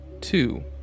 two